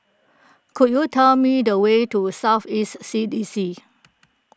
could you tell me the way to South East C D C